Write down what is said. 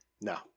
No